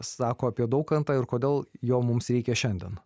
sako apie daukantą ir kodėl jo mums reikia šiandien